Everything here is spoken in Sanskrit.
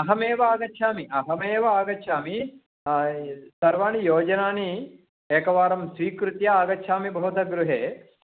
अहमेव आगच्छामि अहमेव आगच्छामि सर्वाणि योजनानि एकवारं स्वीकृत्य आगच्छामि भवतः गृहे